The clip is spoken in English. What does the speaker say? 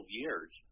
years